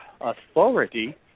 authority